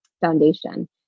foundation